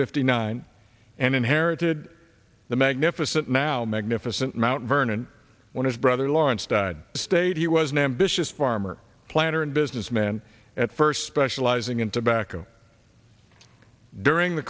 fifty nine and inherited the magnificent now magnificent mount vernon when his brother lawrence died stayed he was an ambitious farmer planter and businessman at first specializing in tobacco during the